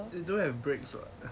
they all have breaks [what]